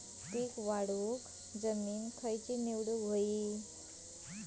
पीक वाढवूक जमीन खैची निवडुक हवी?